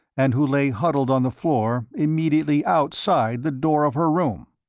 and who lay huddled on the floor immediately outside the door of her room!